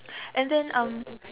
and then um